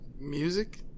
Music